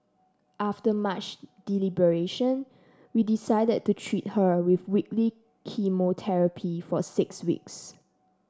after much deliberation we decided to treat her with weekly chemotherapy for six weeks